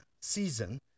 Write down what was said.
season